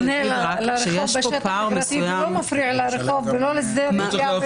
גם אם זה לא מפריע ולא פוגע בשדה הראייה?